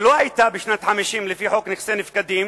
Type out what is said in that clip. שלא היתה בשנת 1950 לפי חוק נכסי נפקדים,